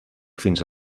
fins